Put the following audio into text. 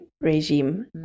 regime